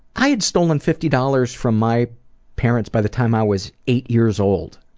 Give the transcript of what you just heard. i had stolen fifty dollars from my parents by the time i was eight years old,